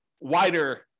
wider